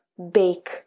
bake